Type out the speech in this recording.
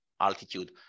altitude